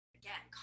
again